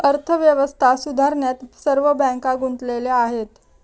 अर्थव्यवस्था सुधारण्यात सर्व बँका गुंतलेल्या आहेत